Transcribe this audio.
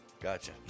Gotcha